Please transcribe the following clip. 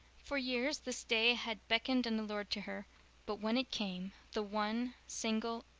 for years this day had beckoned and allured to her but when it came the one single,